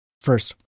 First